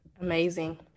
Amazing